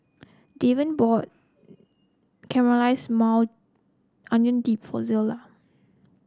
Davian bought Caramelized Maui Onion Dip for Zelia